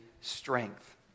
strength